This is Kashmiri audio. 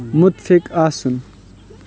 مُتفِق آسُن